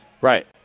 Right